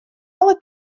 alle